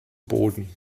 boden